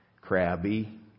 Crabby